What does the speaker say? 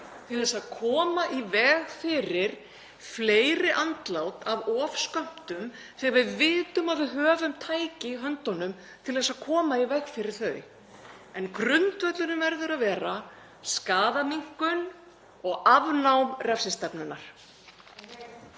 til að koma í veg fyrir fleiri andlát af ofskömmtun þegar við vitum að við höfum tæki í höndunum til að koma í veg fyrir þau. En grundvöllurinn verður að vera skaðaminnkun og afnám refsistefnunnar.